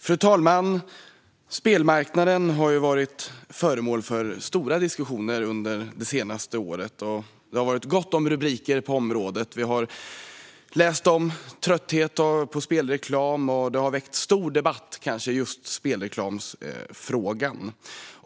Fru talman! Spelmarknaden har varit föremål för stora diskussioner under det senaste året, och det har varit gott om rubriker på området. Vi har läst om trötthet på spelreklam. Det har väckts stor debatt om just spelreklamsfrågan.